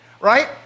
right